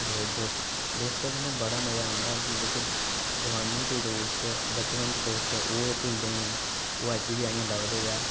दोस्तें कन्नै बड़ा मजा औंदा ते जेह्के जोआनी दे दोस्त बचपन दे दोस्त ओह् ते भुलदे गै नेईं ऐ ओह् अजें बी लभदे